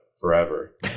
forever